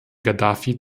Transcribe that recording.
gaddafi